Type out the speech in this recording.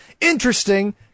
interesting